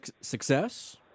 success